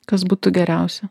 kas būtų geriausia